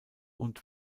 und